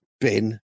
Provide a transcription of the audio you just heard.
bin